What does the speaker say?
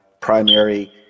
primary